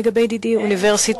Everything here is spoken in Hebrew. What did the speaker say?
לגבי דידי אוניברסיטה,